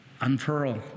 unfurl